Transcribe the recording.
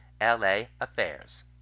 LAaffairs